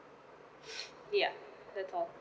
ya that's all